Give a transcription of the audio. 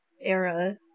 era